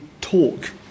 talk